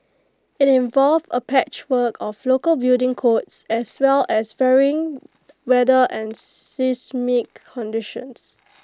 IT involves A patchwork of local building codes as well as varying weather and seismic conditions